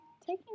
taking